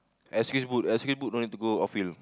excuse boot excuse boot don't need to go off field